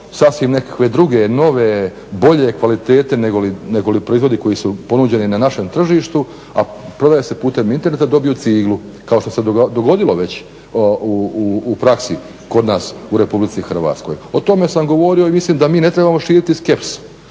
sasvim nekakve druge nove, bolje kvalitete nego li proizvodi koji su ponuđeni na našem tržištu a prodaje se putem interneta dobiju ciglu, kao što se dogodilo već u praksi kod nas u RH. O tome sam govorio i mislim da mi ne trebamo širiti skepsu